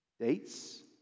dates